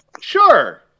Sure